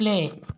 play